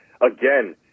again